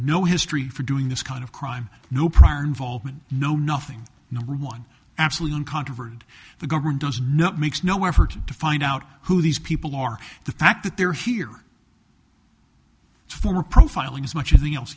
no history for doing this kind of crime no prior involvement no nothing no one absolutely uncontroverted the government does not makes no effort to find out who these people are the fact that they're here for profiling as much as the else